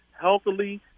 healthily